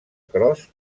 cros